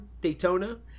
daytona